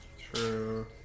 True